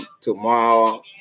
tomorrow